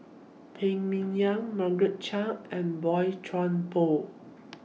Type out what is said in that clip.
Phan Ming Yen Margaret Chan and Boey Chuan Poh